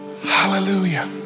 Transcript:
Hallelujah